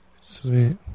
Sweet